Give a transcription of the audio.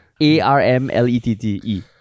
A-R-M-L-E-T-T-E